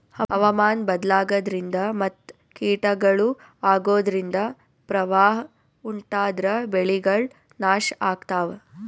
ಹವಾಮಾನ್ ಬದ್ಲಾಗದ್ರಿನ್ದ ಮತ್ ಕೀಟಗಳು ಅಗೋದ್ರಿಂದ ಪ್ರವಾಹ್ ಉಂಟಾದ್ರ ಬೆಳೆಗಳ್ ನಾಶ್ ಆಗ್ತಾವ